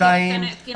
שנית,